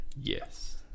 Yes